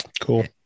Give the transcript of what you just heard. cool